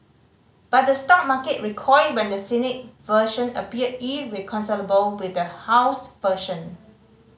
but the stock market recoiled when the Senate version appeared irreconcilable with the house version